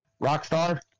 Rockstar